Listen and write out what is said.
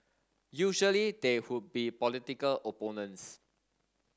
usually they would be political opponents